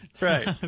Right